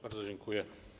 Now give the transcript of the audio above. Bardzo dziękuję.